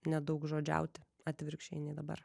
nedaugžodžiauti atvirkščiai dabar